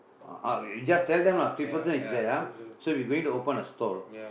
ah ah just tell them lah three person is there ah so we going to open a stall